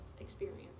experience